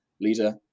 leader